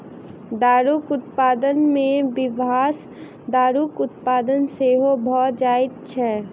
दारूक उत्पादन मे विषाक्त दारूक उत्पादन सेहो भ जाइत छै